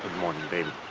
morning, baby.